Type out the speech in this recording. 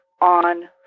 on